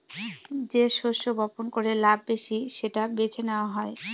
যে শস্য বপন করে লাভ বেশি সেটা বেছে নেওয়া হয়